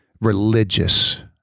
religious